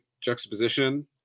juxtaposition